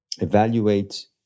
evaluate